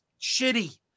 shitty